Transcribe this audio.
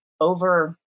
over